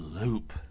loop